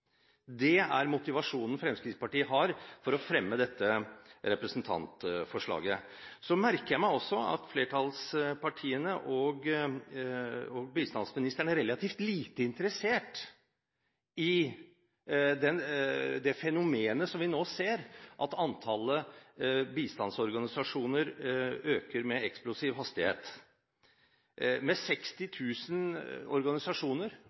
Det er motivasjonen Fremskrittspartiet har for å fremme dette representantforslaget. Så merker jeg meg også at flertallspartiene og bistandsministeren er relativt lite interessert i det fenomenet vi nå ser – at antallet bistandsorganisasjoner øker med eksplosiv hastighet. Med 60 000 organisasjoner